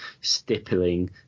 stippling